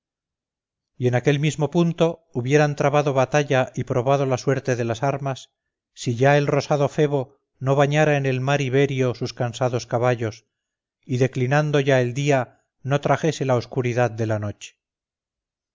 y en aquel mismo punto hubieran trabado la batalla y probado la suerte de las armas si ya el rosado febo no bañara en el mar iberio sus cansados caballos y declinando ya el día no trajese la oscuridad de la noche